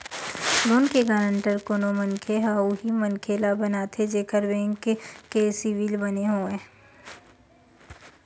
loan के गांरटर कोनो मनखे ह उही मनखे ल बनाथे जेखर बेंक के सिविल बने होवय